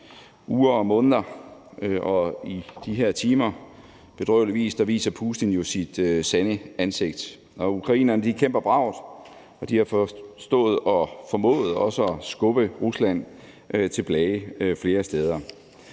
uger og måneder og i de her timer viser Putin jo på bedrøvelig vis sit sande ansigt. Ukrainerne kæmper bravt, og de har forstået og også formået at skubbe Rusland tilbage flere steder.